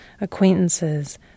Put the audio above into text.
acquaintances